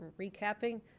recapping